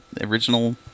original